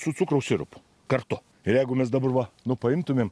su cukraus sirupu kartu ir jeigu mes dabar va nu paimtumėm